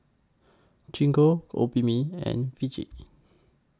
Gingko Obimin and Vichy